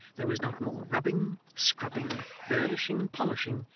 there was not more rubbing, scrubbing, burnishing and polishing,